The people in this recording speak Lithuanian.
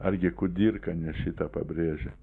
argi kudirka ne šitą pabrėžia